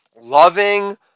loving